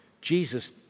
Jesus